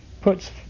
puts